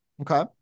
Okay